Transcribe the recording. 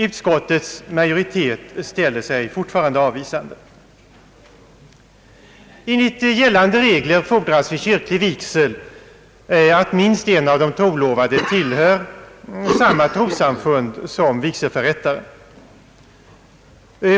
Utskottets majoritet ställer sig fortfarande avvisande. Enligt gällande regler fordras för kyrklig vigsel att minst en av de trolovade tillhör samma trossamfund som vigselförrättaren.